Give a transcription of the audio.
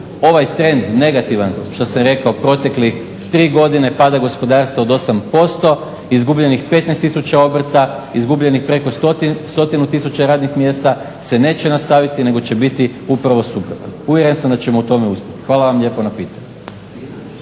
ovaj trend negativan što sam rekao proteklih tri godine pada gospodarstva od 8%, izgubljenih 15000 obrta, izgubljenih preko 100 tisuća radnih mjesta se neće nastaviti nego će biti upravo suprotno. Uvjeren sam da ćemo u tome uspjeti. Hvala vam lijepo na pitanju.